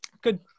Good